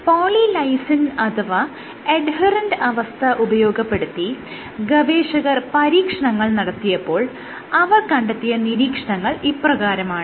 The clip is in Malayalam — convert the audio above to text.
പോളി ലൈസീൻ അഥവാ എഡ്ഹെറെന്റ് അവസ്ഥ ഉപയോഗപ്പെടുത്തി ഗവേഷകർ പരീക്ഷണങ്ങൾ നടത്തിയപ്പോൾ അവർ കണ്ടെത്തിയ നീരീക്ഷണങ്ങൾ ഇപ്രകാരമാണ്